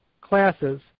classes